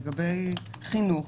לגבי חינוך,